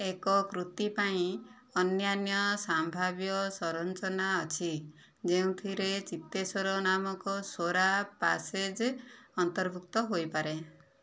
ଏକ କୃତି ପାଇଁ ଅନ୍ୟାନ୍ୟ ସାମ୍ଭାବ୍ୟ ସରଞ୍ଚନା ଅଛି ଯେଉଁଥିରେ ଚିତ୍ତେଶ୍ୱର ନାମକ ସ୍ୱରା ପ୍ୟାସେଜ୍ ଅନ୍ତର୍ଭୁକ୍ତ ହୋଇପାରେ